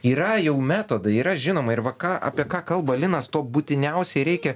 yra jau metodai yra žinoma ir va ką apie ką kalba linas to būtiniausiai reikia